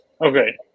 Okay